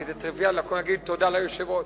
כי זה טריוויאלי להגיד תודה ליושב-ראש,